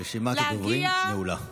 רשימת הדוברים נעולה.